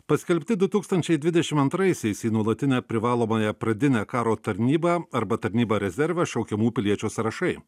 paskelbti du tūkstančiai dvidešim antraisiais į nuolatinę privalomąją pradinę karo tarnybą arba tarnybą rezerve šaukiamų piliečių sąrašai